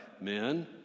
men